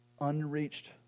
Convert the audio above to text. unreached